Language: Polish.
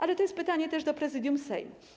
Ale to jest pytanie też do Prezydium Sejmu.